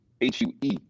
H-U-E